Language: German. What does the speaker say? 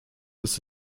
ist